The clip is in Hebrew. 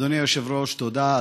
אדוני היושב-ראש, תודה.